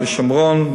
בשומרון,